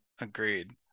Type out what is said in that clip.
Agreed